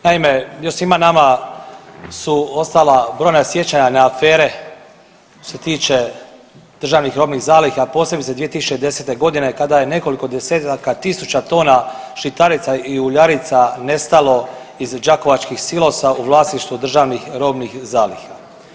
Naime, jer svima nama su ostala brojna sjećanja na afere što se tiče državnih robnih zaliha, posebice 2010. g. kada je nekoliko desetaka tisuća tona žitarica i uljarica nestalo iz đakovačkih silosa u vlasništvu državnih robnih zaliha.